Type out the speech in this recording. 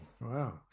Wow